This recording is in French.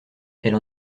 elle